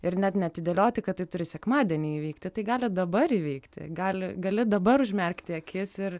ir net neatidėlioti kad tai turi sekmadienį įvykti tai gali dabar įveikti gali gali dabar užmerkti akis ir